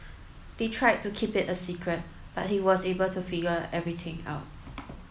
they tried to keep it a secret but he was able to figure everything out